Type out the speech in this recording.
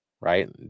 right